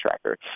tracker